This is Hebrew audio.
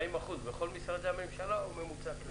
40% בכל משרדי הממשלה או ממוצע כללי?